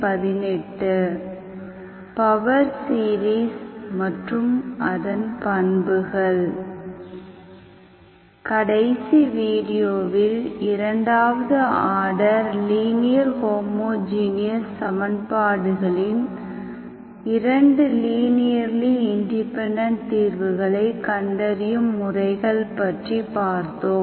power series மற்றும் அதன் பண்புகள் கடைசி வீடியோவில் இரண்டாவது ஆர்டர் லீனியர் ஹோமோஜீனியஸ் சமன்பாடுகளின் இரண்டு லீனியர்லி இண்டிபெண்டெண்ட் தீர்வுகளை கண்டறியும் முறைகள் பற்றி பார்த்தோம்